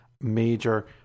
major